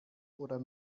oder